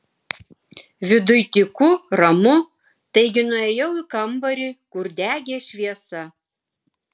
viduj tyku ramu taigi nuėjau į kambarį kur degė šviesa